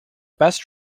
best